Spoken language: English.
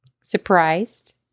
surprised